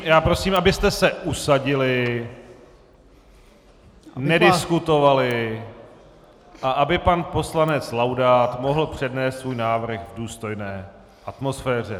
Já prosím, abyste se usadili, nediskutovali, aby pan poslanec Laudát mohl přednést svůj návrh v důstojné atmosféře.